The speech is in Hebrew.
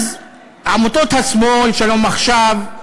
אז עמותות השמאל, "שלום עכשיו",